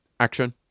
Action